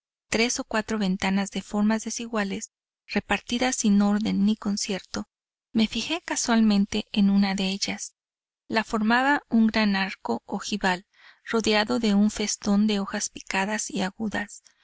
tres o cuatro ventanas de formas desiguales repartidas sin orden ni concierto me fijé casualmente en una de ellas la formaba un gran arco ojival rodeado de un festón de hojas picadas y agudas